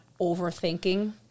overthinking